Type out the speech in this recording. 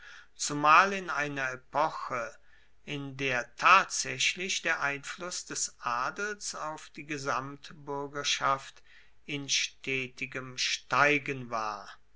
zumal in einer epoche in der tatsaechlich der einfluss des adels auf die gesamtbuergerschaft in stetigem steigen war